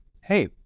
Hey